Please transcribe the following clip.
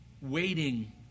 waiting